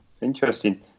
Interesting